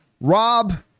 Rob